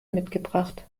mitgebracht